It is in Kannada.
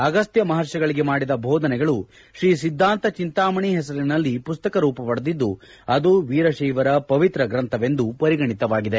ಅಗಸ್ತ್ಯ ಮಹರ್ಷಗಳಿಗೆ ಮಾಡಿದ ಬೋಧನೆಗಳು ತ್ರೀ ಸಿದ್ದಾಂತ ಚಿಂತಾಮಣಿ ಹೆಸರಿನಲ್ಲಿ ಮಸ್ತಕರೂಪ ಪಡೆದಿದ್ದು ಅದು ವೀರಶೈವರ ಪವಿತ್ರ ಗ್ರಂಥವೆಂದು ಪರಿಗಣಿತವಾಗಿದೆ